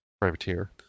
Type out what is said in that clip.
Privateer